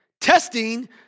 Testing